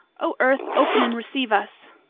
o earth, open and receive us!